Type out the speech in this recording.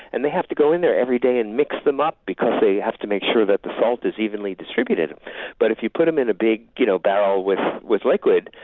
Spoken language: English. and they have to go in there every day and mix them up because they have to make sure the salt is evenly distributed but if you put them in a big you know barrel with with liquid,